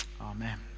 Amen